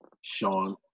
Sean